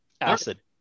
Acid